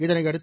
இதனையடுத்து